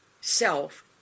self